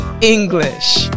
English